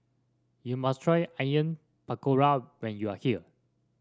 you must try Onion Pakora when you are here